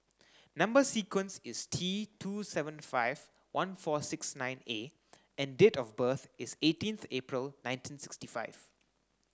number sequence is T two seven five one four six nine A and date of birth is eighteenth April nineteen sixty five